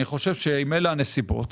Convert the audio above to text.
אם אלה הנסיבות,